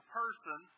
person